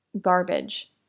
garbage